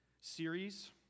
series